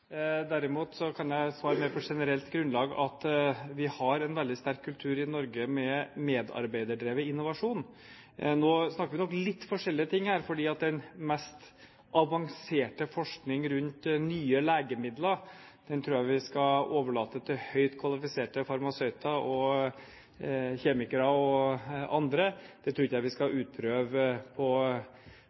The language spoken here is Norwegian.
Derimot kan jeg svare på mer generelt grunnlag at vi har en veldig sterk kultur i Norge med medarbeiderdrevet innovasjon. Nå snakker vi nok om litt forskjellige ting her. Den mest avanserte forskningen rundt nye legemidler tror jeg vi skal overlate til høyt kvalifiserte farmasøyter, kjemikere og andre. Det tror jeg ikke vi skal utprøve på